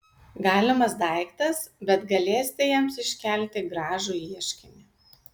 galimas daiktas bet galėsite jiems iškelti gražų ieškinį